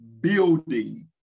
Building